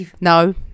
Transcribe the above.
No